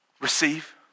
receive